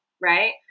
right